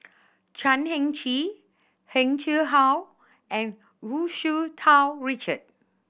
Chan Heng Chee Heng Chee How and Wu Tsu Tau Richard